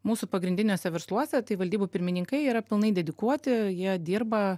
mūsų pagrindiniuose versluose tai valdybų pirmininkai yra pilnai dedikuoti jie dirba